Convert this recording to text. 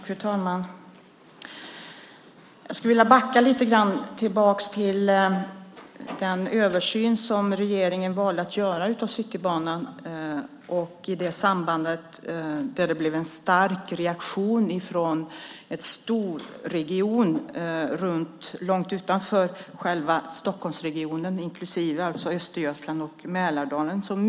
Fru talman! Lite grann skulle jag vilja gå tillbaka till den översyn av Citybanan som regeringen valde att göra. I samband därmed blev det en stark reaktion från en storregion - långt utanför själva Stockholmsregionen - inklusive Östergötland och Mälardalen.